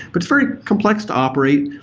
but very complex to operate.